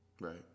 Right